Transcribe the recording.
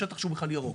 בשטח שהוא בכלל ירוק.